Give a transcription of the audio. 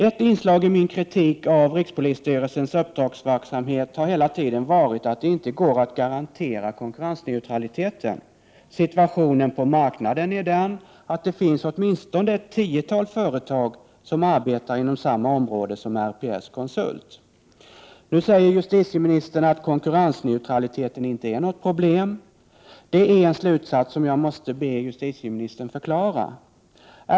Ett inslag i min kritik av rikspolisstyrelsens uppdragsverksamhet har hela tiden varit att det inte går att garantera konkurrensneutraliteten. Situationen på marknaden är den att det finns åtminstone ett tiotal företag som arbetar inom samma område som RPS-konsult. Nu säger justitieministern att konkurrensneutraliteten inte är något problem. Det är en slutsats som jag måste be justitieministern förklara.